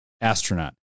astronaut